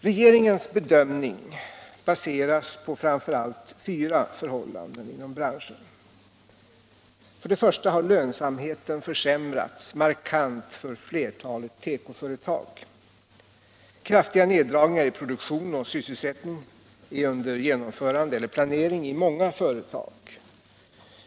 Regeringens bedömning baseras på framför allt fyra förhållanden inom branschen. För det första har lönsamheten försämrats markant för flertalet tekoföretag. Kraftiga neddragningar i produktion och sysselsättning är under genomförande eller planering i många företag.